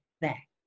back